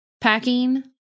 packing